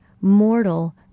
mortal